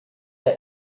that